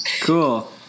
Cool